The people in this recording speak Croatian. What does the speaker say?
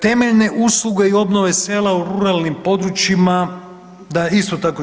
Temeljne usluge i obnove sela u ruralnim područjima, da isto tako 49%